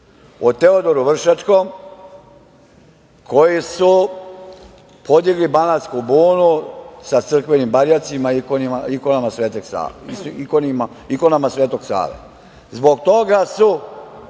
O Teodoru Vršačkom koji je podigao Banatsku bunu sa crkvenim barjacima i ikonama Svetog Save. Zbog toga su